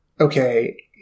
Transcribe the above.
okay